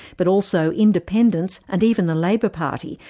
but also independents, and even the labor party,